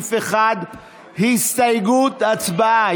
לסעיף 1. הצבעה.